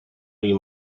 you